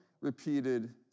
repeated